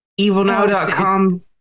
Evilnow.com